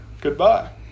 Goodbye